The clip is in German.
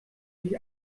sich